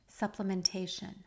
supplementation